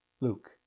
Luke